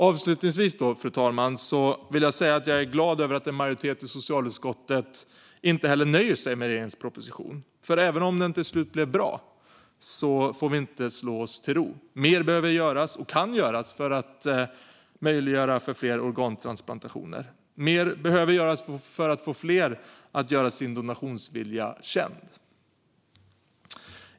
Avslutningsvis, fru talman, vill jag säga att jag är glad över att en majoritet i socialutskottet inte heller nöjer sig med regeringens proposition. För även om den till slut blev bra får vi inte slå oss till ro. Mer behöver göras, och kan göras, för att möjliggöra fler organtransplantationer. Mer behöver göras för att få fler att göra sin donationsvilja känd.